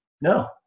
no